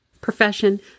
profession